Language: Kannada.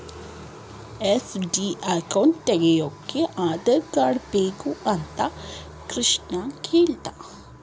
ಎಫ್.ಡಿ ಅಕೌಂಟ್ ತೆಗೆಯೋಕೆ ಆಧಾರ್ ಕಾರ್ಡ್ ಬೇಕು ಅಂತ ಕೃಷ್ಣ ಕೇಳ್ದ